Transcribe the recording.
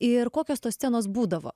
ir kokios tos scenos būdavo